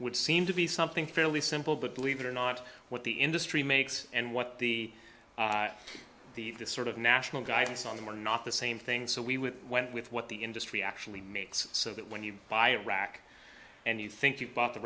would seem to be something fairly simple but believe it or not what the industry makes and what the the sort of national guidance on them are not the same thing so we went with what the industry actually makes so that when you buy a rock and you think you've bought the